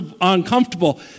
uncomfortable